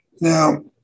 Now